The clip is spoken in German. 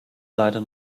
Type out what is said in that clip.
leider